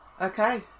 Okay